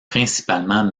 principalement